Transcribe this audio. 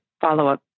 follow-up